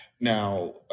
Now